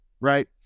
right